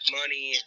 money